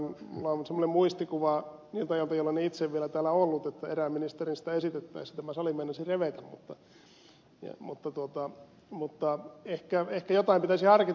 minulla on sellainen muistikuva niiltä ajoilta jolloin en itse vielä täällä ollut että erään ministerin sitä esittäessä tämä sali meinasi revetä mutta ehkä jotain pitäisi harkita